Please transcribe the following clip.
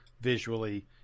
visually